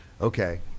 Okay